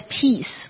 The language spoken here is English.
peace